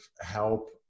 help